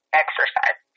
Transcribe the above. exercise